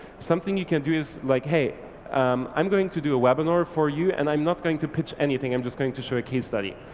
something you can do is like, hey um i'm going to do a webinar for you and i'm not going to pitch anything, i'm just going to show a case study.